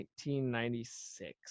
1996